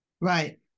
Right